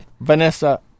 Vanessa